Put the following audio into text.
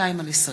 פ/4852/20